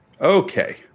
Okay